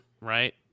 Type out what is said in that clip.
Right